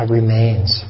remains